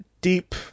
deep